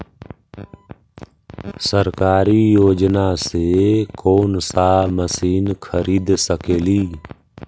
सरकारी योजना से कोन सा मशीन खरीद सकेली?